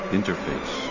Interface